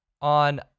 on